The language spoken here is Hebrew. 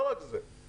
לא רק זה,